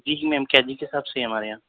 جی جی میم ہے ہمارے یہاں